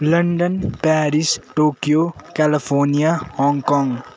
London Paris Tokyo California Hong Kong